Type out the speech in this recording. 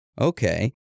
Okay